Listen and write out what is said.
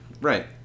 Right